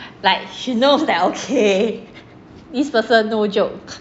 like she knows that okay this person no joke